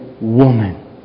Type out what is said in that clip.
woman